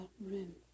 room